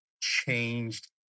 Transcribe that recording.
changed